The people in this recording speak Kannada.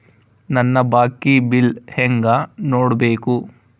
ನನ್ನ ಬಾಕಿ ಬಿಲ್ ಹೆಂಗ ನೋಡ್ಬೇಕು?